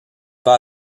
pas